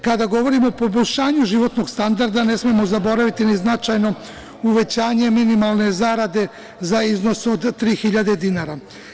Kada govorimo o poboljšanju životnog standarda ne smemo zaboraviti ni značajno uvećanje minimalne zarade za iznos od 3.000 dinara.